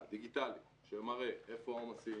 דיגיטלי, שמראה איפה העומסים,